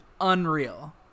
unreal